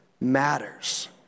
matters